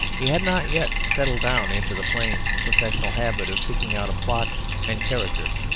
he had not yet settled down into the plain, professional habit of picking out a plot and characters,